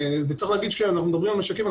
וצריך להגיד שכאשר אנחנו מדברים על משקים,